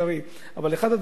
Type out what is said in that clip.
אבל אחד הדברים שאני יודע,